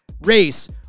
race